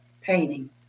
painting